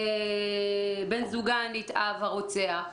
בן זוגה הנתעב, הרוצח.